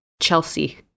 Chelsea